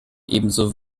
ebenso